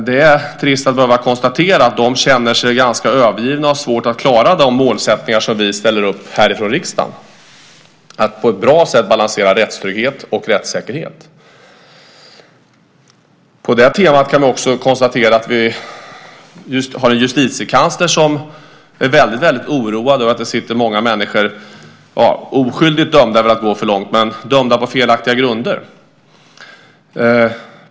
Det är trist att behöva konstatera att de känner sig ganska övergivna och har svårt att klara de målsättningar som vi ställer upp härifrån riksdagen när det gäller att på ett bra sätt balansera rättstrygghet och rättssäkerhet. På det temat kan jag också konstatera att vi har en justitiekansler som är väldigt oroad över att det finns många människor som är - oskyldigt dömda är väl att gå för långt - dömda på felaktiga grunder.